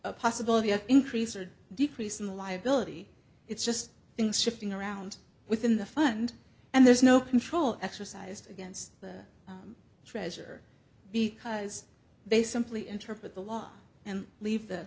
no possibility of increase or decrease in the liability it's just been shifting around within the fund and there's no control exercised against the treasure because they simply interpret the law and leave the